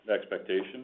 expectation